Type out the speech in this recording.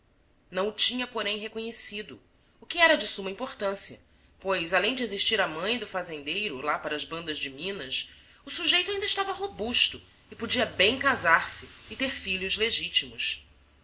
o tinha porém reconhecido o que era de suma importância pois além de existir a mãe do fazendeiro lá para as bandas de minas o sujeito ainda estava robusto e podia bem casar-se e ter filhos legítimos